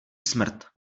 smrt